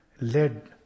led